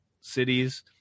Cities